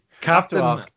Captain